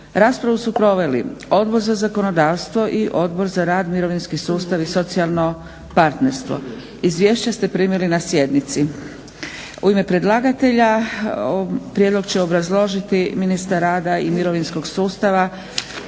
Raspravu su proveli Odbor za zakonodavstvo i Odbor za rad, mirovinski sustav i socijalno partnerstvo. Izvješće ste primili na sjednici. U ime predlagatelja prijedlog će obrazložiti ministar rada i mirovinskog sustava